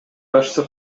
башчысы